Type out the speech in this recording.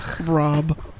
Rob